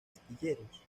astilleros